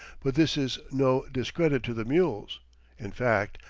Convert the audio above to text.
but this is no discredit to the mules in fact,